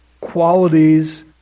qualities